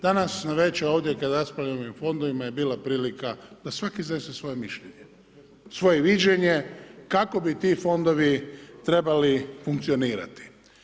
Danas navečer ovdje kada raspravljamo i u fondovima je bila prilika da svaki iznese svoje mišljenje, svoje viđenje kako bi ti fondovi trebali funkcionirati.